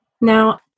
Now